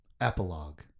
Epilogue